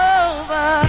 over